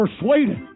persuaded